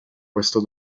questo